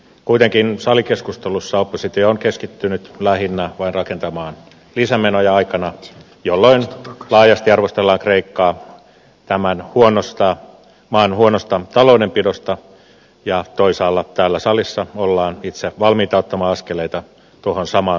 kuitenkin salikeskustelussa oppositio on keskittynyt lähinnä vain rakentamaan lisämenoja aikana jolloin laajasti arvostellaan kreikkaa maan huonosta taloudenpidosta ja toisaalla täällä salissa ollaan itse valmiita ottamaan askeleita tuohon samaan suuntaan